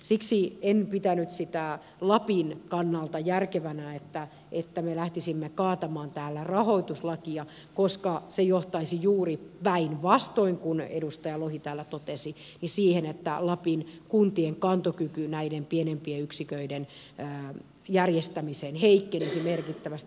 siksi en pitänyt sitä lapin kannalta järkevänä että me lähtisimme kaatamaan täällä rahoituslakia koska se johtaisi päinvastoin kuin edustaja lohi täällä totesi juuri siihen että lapin kuntien kantokyky näiden pienempien yksiköiden järjestämiseen heikkenisi merkittävästi